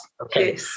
okay